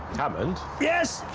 hammond. yes.